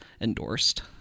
endorsed